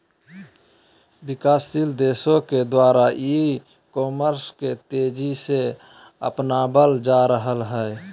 विकासशील देशों के द्वारा ई कॉमर्स के तेज़ी से अपनावल जा रहले हें